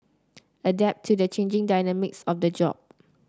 adapt to the changing dynamics of the job